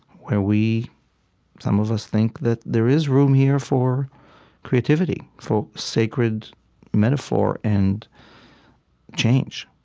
where we some of us think that there is room here for creativity, for sacred metaphor and change.